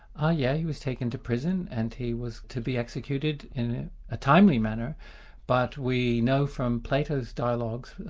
ah yeah he was taken to prison, and he was to be executed in a timely manner but we know from plato's dialogues,